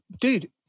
Dude